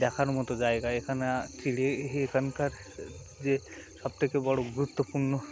দেখার মতো জায়গা এখানে এখানকার যে সবথেকে বড়ো গুরুত্বপূর্ণ